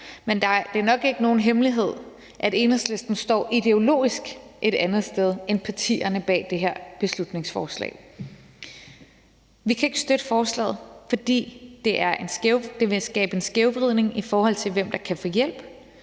men det er nok ikke nogen hemmelighed, at Enhedslisten står ideologisk et andet sted end partierne bag det her beslutningsforslag. Vi kan ikke støtte forslaget, fordi det vil skabe en skævvridning, i forhold til hvem der kan få hjælp,